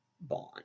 bond